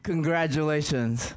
Congratulations